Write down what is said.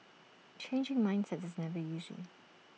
changing mindsets is never easy